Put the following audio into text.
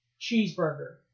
Cheeseburger